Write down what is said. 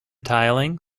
tiling